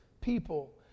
people